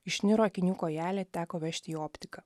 išniro akinių kojelė teko vežti į optiką